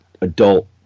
adult